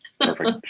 Perfect